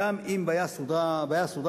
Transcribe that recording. גם אם הבעיה סודרה פרטית,